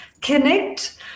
connect